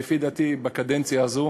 לפי דעתי, בקדנציה הזאת,